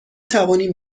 توانیم